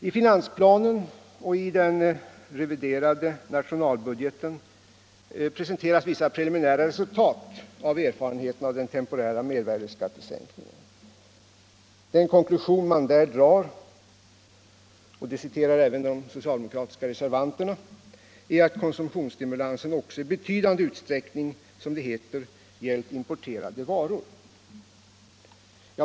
I finansplanen och i den reviderade nationalbudgeten presenteras vissa preliminära resultat av erfarenheterna från den temporära mervärdeskattesänkningen. Den konklusion man där drar, och den citerar även de socialdemokratiska reservanterna, är att konsumtionsstimulansen också i betydande utsträckning, som det heter, gällt importerade varor.